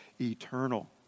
eternal